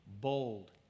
bold